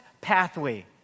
pathway